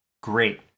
great